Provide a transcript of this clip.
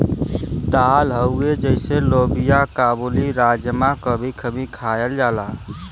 दाल हउवे जइसे लोबिआ काबुली, राजमा कभी कभी खायल जाला